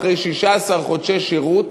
אחרי 16 חודשי שירות,